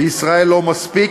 בישראל לא מספיק,